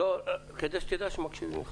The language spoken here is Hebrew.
כדי שתדע שמקשיבים לך.